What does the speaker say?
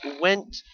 went